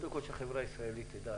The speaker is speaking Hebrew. --- קודם כל, שהחברה הישראלית תדע